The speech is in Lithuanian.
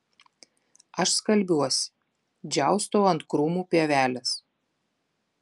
aš skalbiuosi džiaustau ant krūmų pievelės